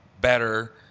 better